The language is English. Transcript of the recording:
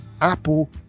apple